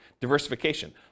diversification